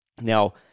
Now